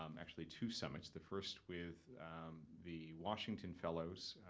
um actually two summits, the first with the washington fellows,